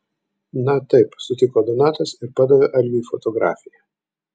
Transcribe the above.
na taip sutiko donatas ir padavė algiui fotografiją